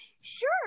sure